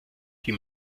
die